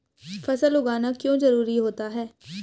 फसल उगाना क्यों जरूरी होता है?